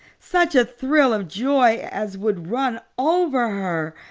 such a thrill of joy as would run over her!